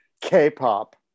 K-pop